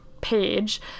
page